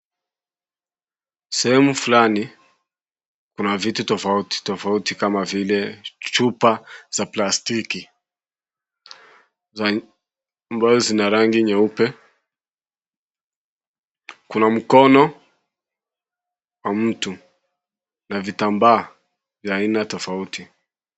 Sehemu fulani kuna vitu tofauti tofauti kama vile chupa za plastiki ambazo zina rangi nyeupe. Kuna mkono ya mtu na vitambaa vya aina tofauti.